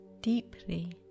deeply